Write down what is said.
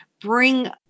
bring